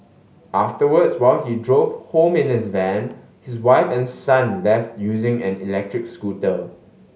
afterwards while he drove home in his van his wife and son left using an electric scooter